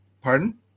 pardon